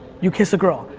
you kiss a girl.